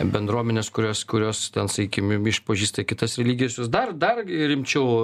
bendruomenės kurios kurios ten sakykim išpažįsta kitas religijas jos dar dar rimčiau